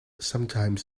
sometimes